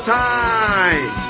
time